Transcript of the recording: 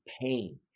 pain